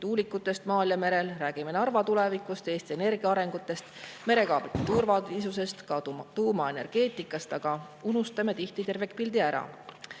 tuulikutest maal ja merel, me räägime Narva tulevikust, Eesti Energia arengust, mereparkide turvalisusest, ka tuumaenergeetikast, aga unustame tihti tervikpildi ära.